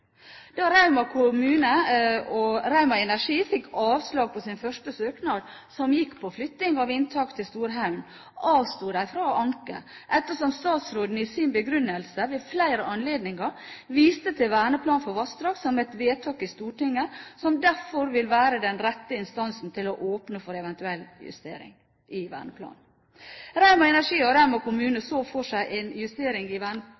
Da Rauma kommune og Rauma Energi fikk avslag på sin første søknad, som gikk på flytting av inntaket til Storhaugen, avsto de fra å anke, ettersom statsråden i sin begrunnelse ved flere anledninger viste til Verneplan for vassdrag, som er et vedtak i Stortinget, og som dermed vil være den rette instansen for å åpne for eventuelle justeringer i verneplanen. Rauma Energi og